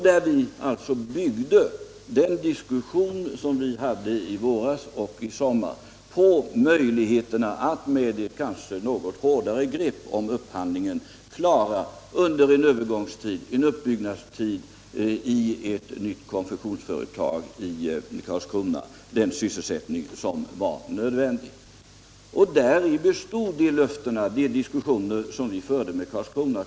De diskussioner vi förde i våras och i somras med Karlskrona kommun byggde på möjligheterna att med ett kanske något hårdare grepp om upphandlingen under en uppbyggnadstid klara den nödvändiga sysselsättningen i ett nytt konfektionsföretag i Karlskrona.